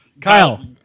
Kyle